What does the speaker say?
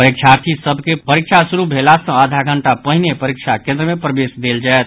परीक्षार्थी सभ के परीक्षा शुरू भेला सँ आधा घंटा पहिने परीक्षा केन्द्र मे प्रवेश देल जायत